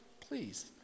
Please